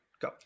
go